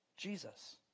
Jesus